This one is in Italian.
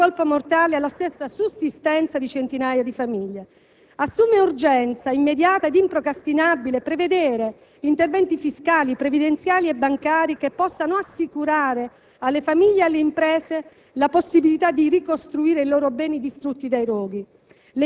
con la drammatica conseguenza di infliggere un colpo mortale alla stessa sussistenza di centinaia di famiglie. Assume urgenza immediata ed improcrastinabile la previsione di interventi fiscali, previdenziali e bancari che possano assicurare alle famiglie e alle imprese